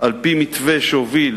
על-פי מתווה שהוביל